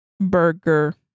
burger